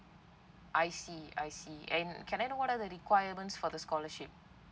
I see I see and can I know what are the requirements for the scholarship